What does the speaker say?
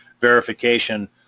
verification